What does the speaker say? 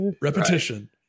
repetition